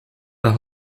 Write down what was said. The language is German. war